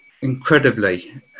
incredibly